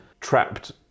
trapped